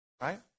right